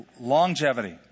longevity